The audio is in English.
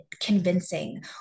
convincing